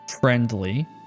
friendly